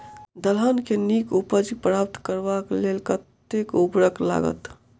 दलहन केँ नीक उपज प्राप्त करबाक लेल कतेक उर्वरक लागत?